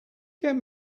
get